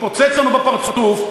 התפוצץ לנו בפרצוף.